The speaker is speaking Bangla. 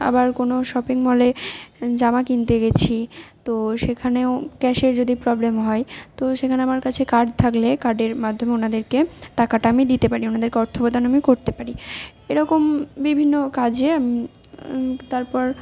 আবার কোনো শপিং মলে জামা কিনতে গেছি তো সেখানেও ক্যাশের যদি প্রবলেম হয় তো সেখানে আমার কাছে কার্ড থাকলে কার্ডের মাধ্যমে ওনাদেরকে টাকাটা আমি দিতে পারি ওনাদেরকে অর্থপ্রদান আমি করতে পারি এরকম বিভিন্ন কাজে আমি তারপর